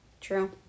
True